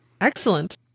Excellent